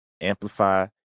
amplify